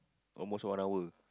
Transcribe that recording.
almost one hour